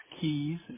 Keys